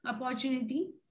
opportunity